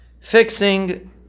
fixing